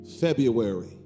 February